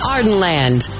Ardenland